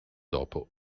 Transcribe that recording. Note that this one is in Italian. dopo